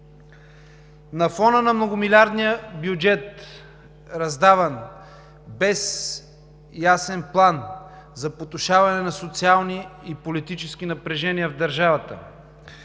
На фона на многомилиардния бюджет, раздаван без ясен план за потушаване на социални и политически напрежения в държавата,